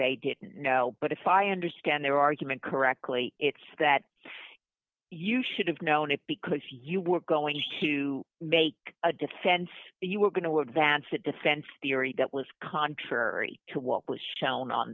they didn't know but if i understand their argument correctly it's that you should have known it because you were going to make a defense you were going to advance that defense theory that was contrary to what was shown on